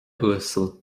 uasail